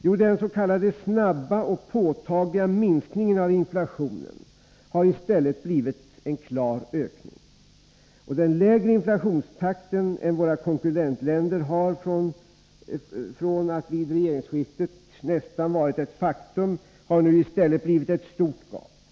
Jo, den ”snabba och påtagliga” minskningen av inflationen har i stället blivit en klar ökning. Och den lägre inflationstakten i förhållande till våra konkurrentländer har, från att vid regeringsskiftet nästan ha varit ett faktum, nu i stället blivit ett stort gap.